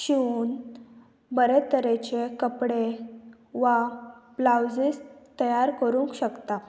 शिवून बरे तरेचे कपडे वा ब्लावजीस तयार करूंक शकता